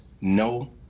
no